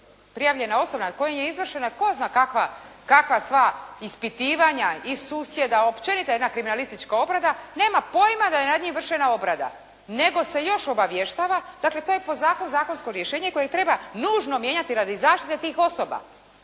prijavljena osoba nad kojim je izvršena tko zna kakva sva ispitivanja i susjeda, općenito jedna kriminalistička obrada nema pojma da je nad njim vršena obrada nego se još obavještava. Dakle, to je zakonsko rješenje koje treba nužno mijenjati radi zaštite tih osoba,